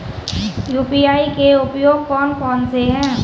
UPI के उपयोग कौन कौन से हैं?